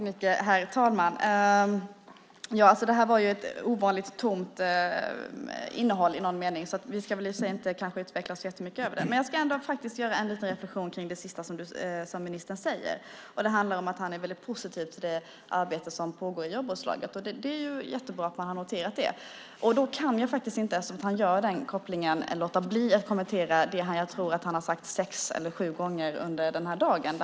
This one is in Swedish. Herr talman! Det här var ovanligt tomt på innehåll i någon mening, så vi ska kanske inte utveckla det så mycket. Men jag ska ändå göra en liten reflexion kring det sista som ministern säger. Det handlar om att han är väldigt positiv till det arbete som pågår i jobbrådslaget. Det är jättebra att man har noterat det. Eftersom han gör den kopplingen kan jag inte låta bli att kommentera det jag tror att han har sagt sex eller sju gånger i dag.